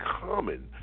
common